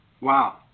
Wow